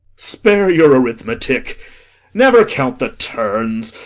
spare your arithmetic never count the turns.